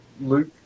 Luke